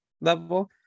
level